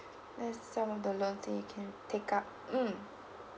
that's some of the loans that you can take up mm